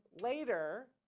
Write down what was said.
later